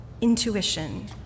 intuition